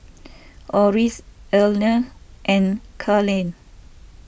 Orris Erline and Carleigh